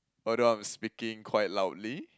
although I'm speaking quite loudly